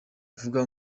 ivuga